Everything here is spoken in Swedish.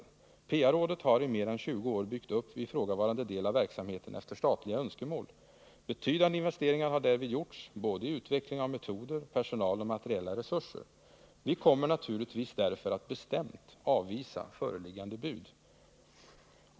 PA-rådet har i mer än 35 20 år byggt upp ifrågavarande del av verksamheten efter statliga önskemål. Betydande investeringar har därvid gjorts, både i utveckling av metoder, personal och materiella resurser. Vi kommer naturligtvis därför att bestämt avvisa föreliggande ”bud”.